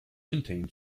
contain